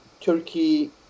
Turkey